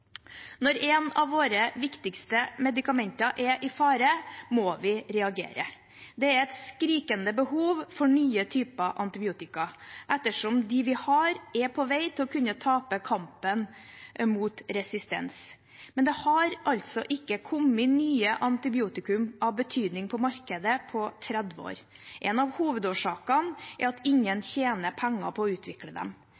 Når et av våre viktigste medikamenter er i fare, må vi reagere. Det er et skrikende behov for nye typer antibiotika, ettersom de vi har, er på vei til å kunne tape kampen mot resistens. Men det har altså ikke kommet nye antibiotika av betydning på markedet på 30 år, og en av hovedårsakene er at